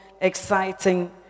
exciting